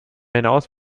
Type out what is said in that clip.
hinaus